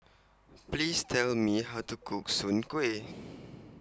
Please Tell Me How to Cook Soon Kuih